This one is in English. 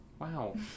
Wow